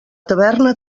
taverna